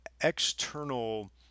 external